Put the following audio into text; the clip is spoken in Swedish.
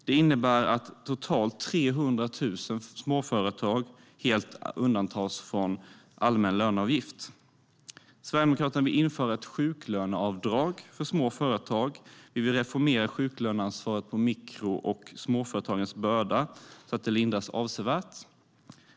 Det innebär att totalt 300 000 småföretag helt undantas från allmän löneavgift. Sverigedemokraterna vill införa ett sjuklöneavdrag för små företag. Vi vill reformera sjuklöneansvaret och mikro och småföretagens börda så att den lindras avsevärt.